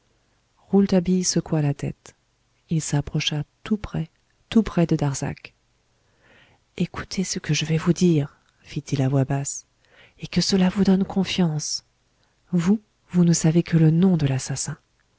rouletabille secoua la tête il s'approcha tout près tout près de robert darzac écoutez ce que je vais vous dire fit-il à voix basse et que cela vous donne confiance vous vous ne savez que le nom de l'assassin